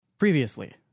Previously